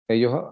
Ellos